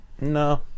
No